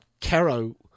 Caro